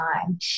time